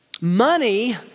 Money